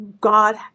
God